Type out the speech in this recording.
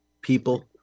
people